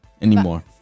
anymore